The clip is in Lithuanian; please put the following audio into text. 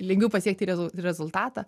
lengviau pasiekti rezul rezultatą